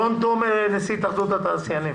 רון תומר, נשיא התאחדות התעשיינים.